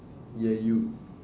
ya you